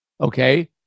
Okay